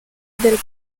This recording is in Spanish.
del